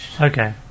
Okay